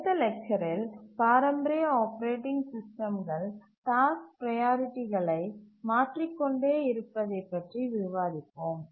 அடுத்த லெக்சரில் பாரம்பரிய ஆப்பரேட்டிங் சிஸ்டம்கள் டாஸ்க் ப்ரையாரிட்டிகளை மாற்றிக்கொண்டே இருப்பதைப் பற்றி விவாதிப்போம்